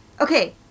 okay